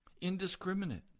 Indiscriminate